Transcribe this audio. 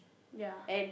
ya